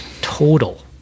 total